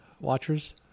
watchers